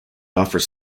offers